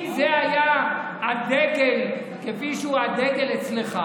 אם זה היה הדגל כפי שהוא הדגל אצלך,